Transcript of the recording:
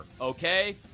okay